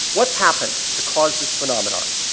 what's happened to cause this phenomenon